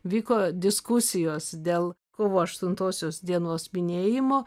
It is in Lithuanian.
vyko diskusijos dėl kovo aštuntosios dienos minėjimo